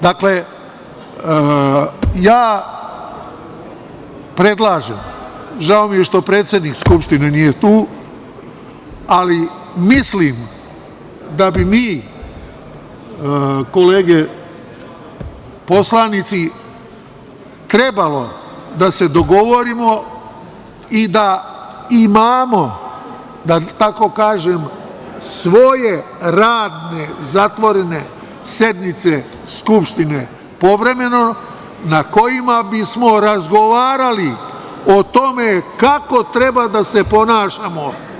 Predlažem, žao mi je što predsednik Skupštine nije tu, ali mislim da bi mi kolege poslanici trebalo da se dogovorimo i da imamo svoje radne zatvorene sednice Skupštine povremeno, na kojima bismo razgovarali o tome kako treba da se ponašamo.